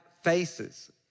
faces